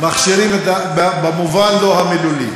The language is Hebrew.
במובן הלא-מילולי.